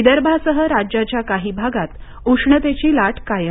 विदर्भासह राज्याच्या काही भागात उष्णतेची लाट कायम